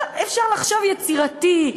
ואפשר לחשוב יצירתי,